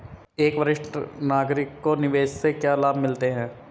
एक वरिष्ठ नागरिक को निवेश से क्या लाभ मिलते हैं?